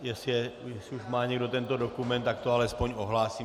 Jestli už má někdo tento dokument, tak to alespoň ohlásím.